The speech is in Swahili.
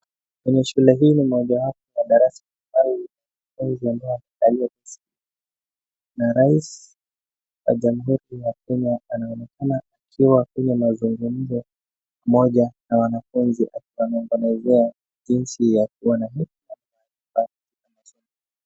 Kwenye shule hii ni moja wapo ya darasa ambayo inakaliwa, na rais wa Jamuhuri ya Kenya anaonekana akifanya mazungumzo moja na wanafunzi na kuwaelezea jinsi ya kuwa na hii.